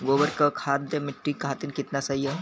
गोबर क खाद्य मट्टी खातिन कितना सही ह?